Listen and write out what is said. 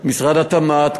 משרד התמ"ת.